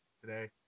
today